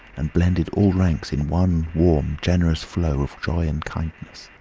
and blended all ranks in one warm generous flow of joy and kindness.